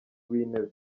w’intebe